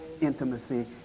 intimacy